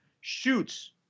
shoots